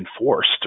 enforced